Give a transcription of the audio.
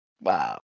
wow